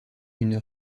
une